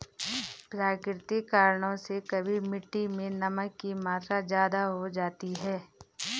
प्राकृतिक कारणों से कभी मिट्टी मैं नमक की मात्रा ज्यादा हो जाती है